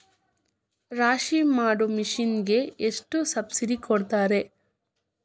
ರಾಶಿ ಮಾಡು ಮಿಷನ್ ಗೆ ಎಷ್ಟು ಸಬ್ಸಿಡಿ ಕೊಡ್ತಾರೆ?